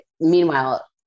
meanwhile